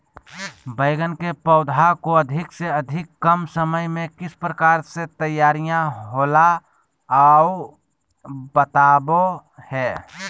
बैगन के पौधा को अधिक से अधिक कम समय में किस प्रकार से तैयारियां होला औ बताबो है?